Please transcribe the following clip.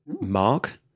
Mark